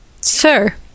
Sir